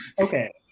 okay